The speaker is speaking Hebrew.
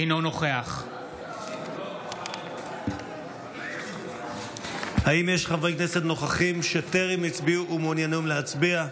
אינו נוכח האם יש חברי כנסת נוכחים שטרם הצביעו ומעוניינים להצביע?